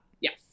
Yes